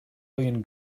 alien